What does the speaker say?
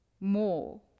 more